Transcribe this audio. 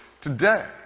today